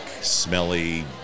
smelly